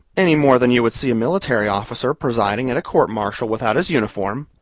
any more than you would see a military officer presiding at a court-martial without his uniform,